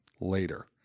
later